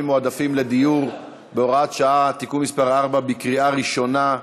מועדפים לדיור (הוראת שעה) (תיקון מס' 4) בקריאה ראשונה.